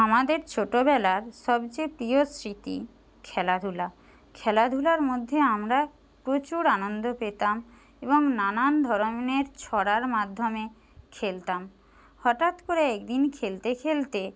আমাদের ছোটোবেলার সবচেয়ে প্রিয় স্মৃতি খেলাধুলা খেলাধুলার মধ্যে আমরা প্রচুর আনন্দ পেতাম এবং নানান ধরনের ছড়ার মাধ্যমে খেলতাম হঠাৎ করে একদিন খেলতে খেলতে